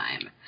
time